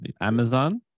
Amazon